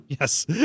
Yes